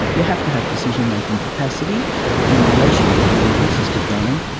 you have to have decision-making capacity in relation to voluntary assisted dying,